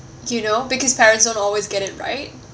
you know because parents don't always get it right